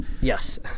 yes